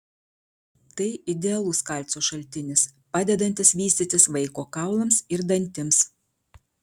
tai idealus kalcio šaltinis padedantis vystytis vaiko kaulams ir dantims